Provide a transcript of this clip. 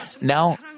now